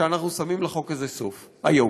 שאנחנו שמים לחוק הזה סוף, היום.